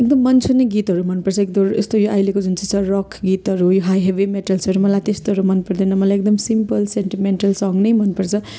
एकदम मनछुने गीतहरू मनपर्छ एकदम यस्तो यो आहिलेको जुन चाहिँ रक गीतहरू यो हाई हेभी मेटेल्सहरू मलाई त्यस्तोहरू मनपर्दैन मलाई एकदम सिम्पल सेन्टिमेन्टल सङ नै मनपर्छ